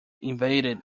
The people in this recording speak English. invaded